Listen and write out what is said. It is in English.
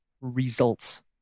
results